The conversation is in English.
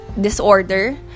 disorder